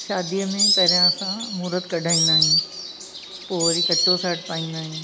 शादीअ में पहिरियां असां महूरतु कढाईंदा आहियूं पोइ वरी कचो साठ पाईंदा आहियूं